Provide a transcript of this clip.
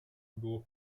było